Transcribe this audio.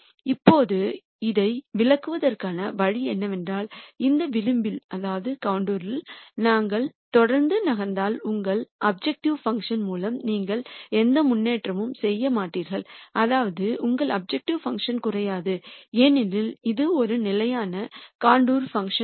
இப்போது இதை விளக்குவதற்கான வழி என்னவென்றால் இந்த விளிம்பில் நாங்கள் தொடர்ந்து நகர்ந்தால் உங்கள் அப்ஜெக்டிவ் பங்க்ஷன் மூலம் நீங்கள் எந்த முன்னேற்றமும் செய்ய மாட்டீர்கள் அதாவது உங்கள் அப்ஜெக்டிவ் பங்க்ஷன் குறையாது ஏனெனில் இது ஒரு நிலையான கண்டூர் பிளாட்